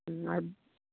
হুম আর